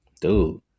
dude